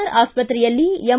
R ಆಸ್ವಕ್ರೆಯಲ್ಲಿ M